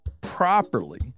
properly